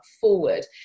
forward